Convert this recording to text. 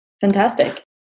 Fantastic